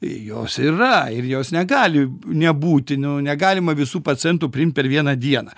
jos yra ir jos negali nebūti nu negalima visų pacientų priimt per vieną dieną